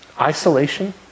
Isolation